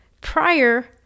prior